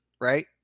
right